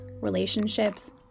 relationships